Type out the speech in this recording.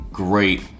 Great